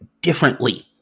differently